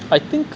I think